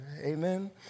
Amen